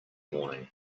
morning